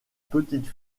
petite